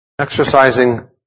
exercising